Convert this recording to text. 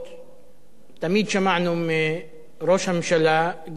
תמיד שמענו מראש הממשלה, וגם משר האוצר,